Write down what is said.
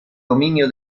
dominio